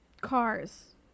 cars